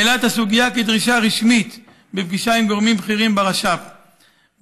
העלה את הסוגיה כדרישה רשמית בפגישה עם גורמים בכירים ברשות הפלסטינית.